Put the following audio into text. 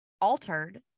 altered